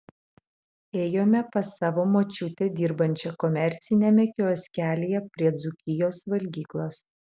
ėjome pas savo močiutę dirbančią komerciniame kioskelyje prie dzūkijos valgyklos